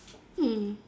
mm